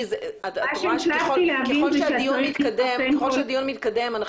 ככל שהדיון מתקדם,